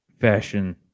fashion